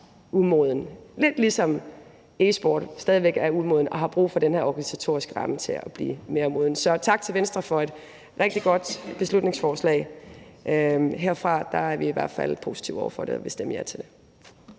umoden, lidt ligesom e-sporten stadig væk er umoden og har brug for den her organisatoriske ramme. Så tak til Venstre for et rigtig godt beslutningsforslag. Herfra er vi i hvert fald positive over for det og vil stemme ja til det.